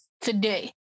today